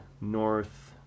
north